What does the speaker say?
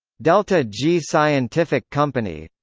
delta g scientific company